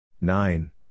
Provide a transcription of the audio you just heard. Nine